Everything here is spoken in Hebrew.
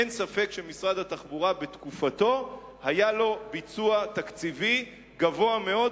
אין ספק שמשרד התחבורה בתקופתו היה לו ביצוע תקציבי גבוה מאוד,